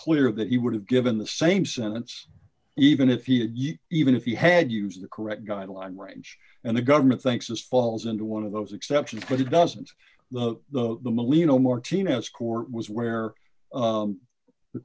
clear that he would have given the same sentence even if you even if you had used the correct guideline range and the government thinks this falls into one of those exceptions but it doesn't the the martinez court was where